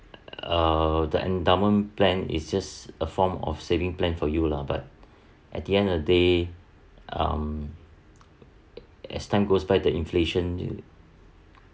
uh the endowment plan is just a form of saving plan for you lah but at the end of the day um as time goes by the inflation